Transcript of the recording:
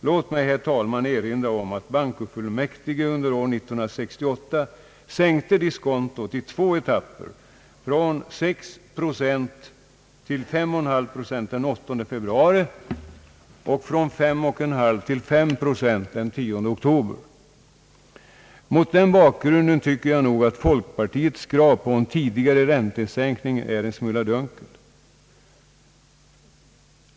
Låt mig, herr talman, erinra om att bankofullmäktige under 1968 sänkte diskontot i två etapper: från 6 procent till 5,5 procent den 8 februari och från 5,5 till 5 procent den 10 oktober. Mot den bakgrunden tycker jag att folkpartiets krav på en tidigare räntesänkning är en smula dunkelt.